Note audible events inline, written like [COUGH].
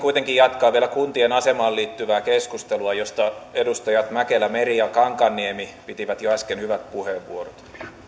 [UNINTELLIGIBLE] kuitenkin jatkaa vielä kuntien asemaan liittyvää keskustelua josta edustajat mäkelä meri ja kankaanniemi pitivät jo äsken hyvät puheenvuorot